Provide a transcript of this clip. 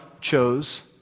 chose